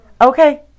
Okay